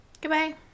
goodbye